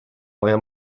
moja